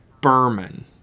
Berman